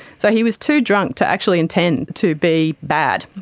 so he was too drunk to actually intend to be bad.